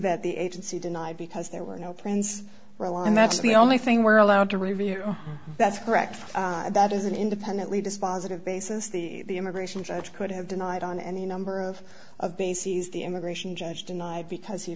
that the agency denied because there were no plans well and that's the only thing we're allowed to review that's correct that is an independently dispositive basis the immigration judge could have denied on any number of of bases the immigration judge denied because he